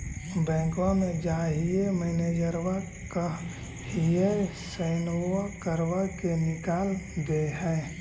बैंकवा मे जाहिऐ मैनेजरवा कहहिऐ सैनवो करवा के निकाल देहै?